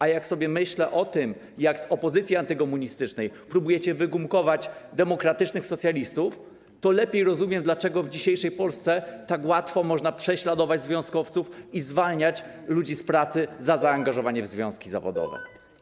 A jak sobie myślę o tym, jak z opozycji antykomunistycznej próbujecie wygumkować demokratycznych socjalistów, to lepiej rozumiem, dlaczego w dzisiejszej Polsce tak łatwo można prześladować związkowców i zwalniać ludzi z pracy za zaangażowanie w związki zawodowe.